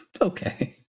Okay